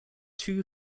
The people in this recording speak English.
two